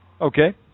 Okay